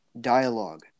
dialogue